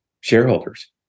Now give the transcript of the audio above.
shareholders